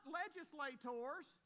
legislators